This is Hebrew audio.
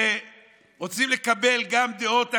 שרוצים לקבל גם דעות אחרות,